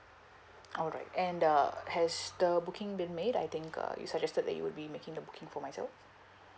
alright and uh has the booking been made I think uh you suggested that you'll be making the booking for myself